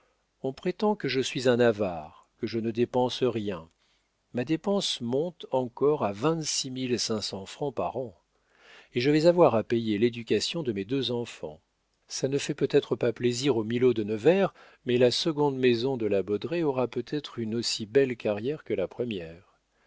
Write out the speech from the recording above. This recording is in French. on prétend que je suis un avare que je ne dépense rien ma dépense monte encore à vingt-six mille cinq cents francs par an et je vais avoir à payer l'éducation de mes deux enfants ça ne fait peut-être pas plaisir aux milaud de nevers mais la seconde maison de la baudraye aura peut-être une aussi belle carrière que la première